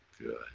good